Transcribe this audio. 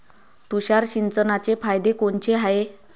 तुषार सिंचनाचे फायदे कोनचे हाये?